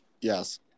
Yes